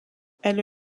elle